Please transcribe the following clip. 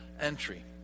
entry